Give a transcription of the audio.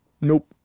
Nope